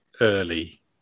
early